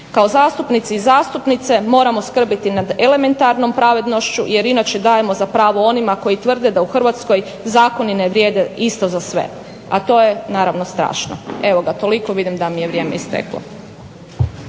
Kao zastupnici i zastupnice moramo skrbiti nad elementarnom pravednošću jer inače dajemo za pravo onima koji tvrde da u Hrvatskoj zakoni ne vrijede isto za sve, a to je naravno strašno. Evo toliko, vidim da mi je vrijeme isteklo.